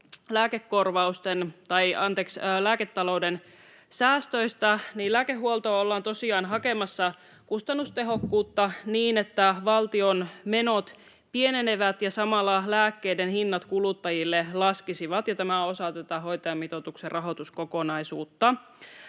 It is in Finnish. lääketalouden säästöistä: Lääkehuoltoon ollaan tosiaan hakemassa kustannustehokkuutta, niin että valtion menot pienenisivät ja samalla lääkkeiden hinnat kuluttajille laskisivat, ja tämä osa tätä hoitajamitoituksen rahoituskokonaisuutta.